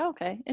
Okay